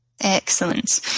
Excellent